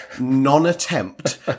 non-attempt